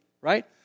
Right